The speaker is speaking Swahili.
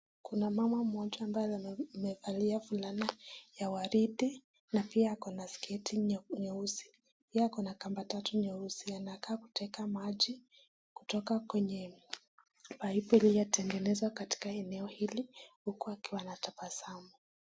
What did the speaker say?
Kuna mama mmoja ambaye amevaa fulana ya waridi na pia ako na skirt nyeusi. Ako na kamba tatu nyeusi anakaa kuteka maji kutoka kwenye paipu iliyotengenezwa katika eneo hili huku akiwa anatabasamu.